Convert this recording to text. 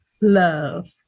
love